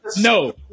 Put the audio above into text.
No